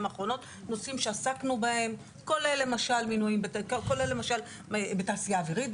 האחרונות נושאים שעסקנו בהם כולל למשל מינויים בתעשייה אווירית,